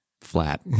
flat